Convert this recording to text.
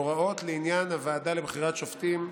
(הוראות לעניין הוועדה לבחירת שופטים),